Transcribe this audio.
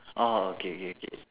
orh okay okay okay